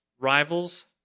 rivals